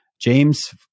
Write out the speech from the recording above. James